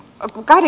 a kari